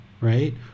right